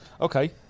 okay